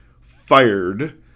fired